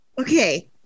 Okay